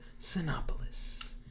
Sinopolis